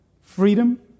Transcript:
Freedom